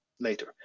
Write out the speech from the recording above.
later